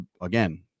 again